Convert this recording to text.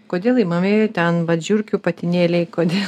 kodėl imami ten vat žiurkių patinėliai kodėl